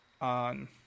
on